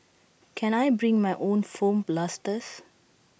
can I bring my own foam blasters